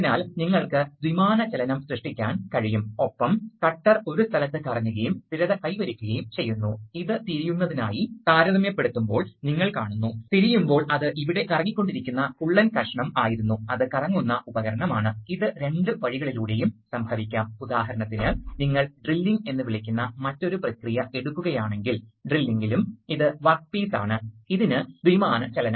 അതിനാൽ ഇത് അമർത്തുമ്പോൾ ഇത് തുറക്കുകയും ഇത് അടയുകയും ചെയ്യും ഇപ്പോൾ ഈ പോയിന്റുകൾ അടയ്ക്കുകയും വിതരണം ലഭിക്കുകയും ചെയ്യും എക്സോസ്റ്റുമായി ബന്ധംസ്ഥാപിക്കപ്പെടുകയും ചെയ്യും അതിനാൽ ഈ ദീർഘചതുരം ഈ സ്റ്റാൻഡേർഡുകൾ ഹൈഡ്രോളിക്സ് കോഡുകളിലും നിങ്ങൾ കണ്ടിട്ടുണ്ട് അതിനാൽ നമ്മൾ ഈ ഭാഗം വളരെ വേഗത്തിൽ പോകുന്നു